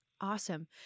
Awesome